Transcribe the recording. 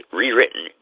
rewritten